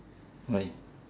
why